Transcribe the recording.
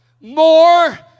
more